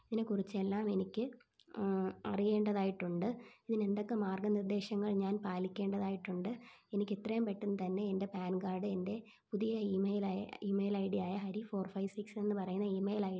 ഇതിനെക്കുറിച്ചെല്ലാം എനിക്ക് അറിയേണ്ടതായിട്ടുണ്ട് ഇതിനെന്തൊക്കെ മാർഗ്ഗനിർദ്ദേശങ്ങൾ ഞാൻ പാലിക്കേണ്ടതായിട്ടുണ്ട് എനിക്കെത്രയും പെട്ടന്ന് തന്നെ എൻ്റെ പാൻ കാഡ് എൻ്റെ പുതിയ ഈമെയിലായ ഈമെയിൽ ഐ ഡിയായ ഹരി ഫോർ ഫൈവ് സിക്സ് എന്ന് പറയുന്ന ഈമെയിൽ ഐ ഡിയിൽ